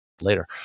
Later